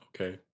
Okay